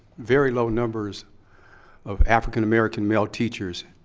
very low numbers of african-american male teachers